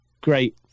great